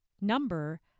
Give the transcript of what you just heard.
number